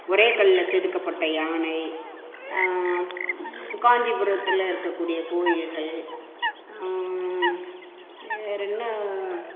ஒரே கல்லில் செதுக்கப்பட்ட யானை காஞ்சிபுரத்தில் இருக்கக்கூடிய கோவில்கள் வேற என்ன